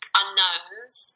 unknowns